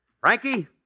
Frankie